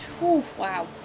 wow